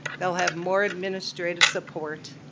they'll have more administrative support.